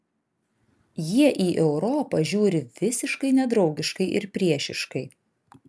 jie į europą žiūri visiškai nedraugiškai ir priešiškai